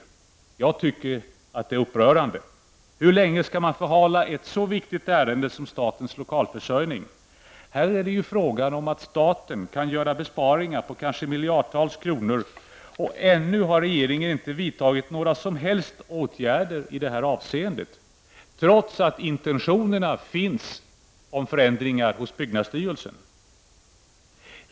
Jag tycker detta är upprörande. Hur länge skall man förhala ett så viktigt ärende som statens lokalförsörjning? Här är det ju fråga om att staten kan göra besparingar på kanske miljardtals kronor, och ännu har regeringen inte vidtagit några som helst åtgärder i det här avseendet — detta trots att byggnadsstyrelsen har intentioner att genomföra förändringar.